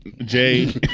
Jay